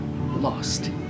lost